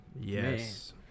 Yes